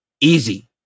Easy